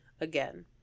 again